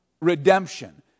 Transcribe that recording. redemption